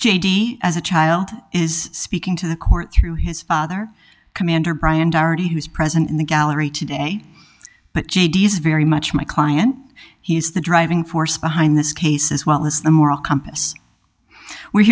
j d as a child is speaking to the court through his father commander bryant already who is present in the gallery today but j d s very much my client he is the driving force behind this case as well as the moral compass we